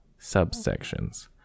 Subsections